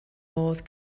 modd